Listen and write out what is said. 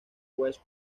west